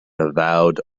avowed